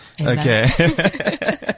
Okay